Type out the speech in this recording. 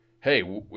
hey